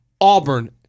Auburn